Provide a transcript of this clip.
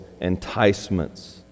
enticements